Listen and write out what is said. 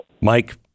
Mike